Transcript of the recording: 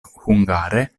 hungare